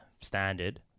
standard